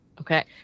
Okay